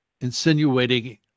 insinuating